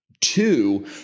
Two